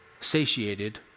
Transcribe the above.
satiated